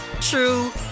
true